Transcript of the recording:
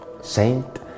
saint